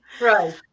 Right